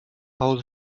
pau